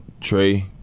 Trey